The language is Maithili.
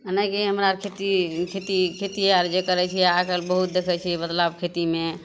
जेनाकि हमरा खेती खेती खेती आर जे करै छियै आइ काल्हि बहुत देखै छियै बदलाउ खेतीमे